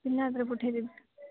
ପିଲା ହାତରେ ପଠେଇ ଦେବି